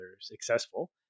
successful